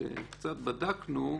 שקצת בדקנו,